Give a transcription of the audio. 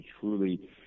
truly